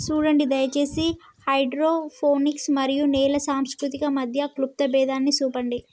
సూడండి దయచేసి హైడ్రోపోనిక్స్ మరియు నేల సంస్కృతి మధ్య క్లుప్త భేదాన్ని సూపండి